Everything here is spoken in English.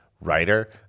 writer